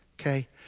okay